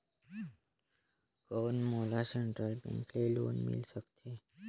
कौन मोला central bank ले लोन मिल सकथे?